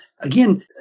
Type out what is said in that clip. Again